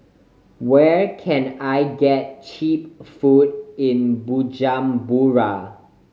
where can I get cheap food in Bujumbura